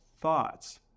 thoughts